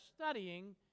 studying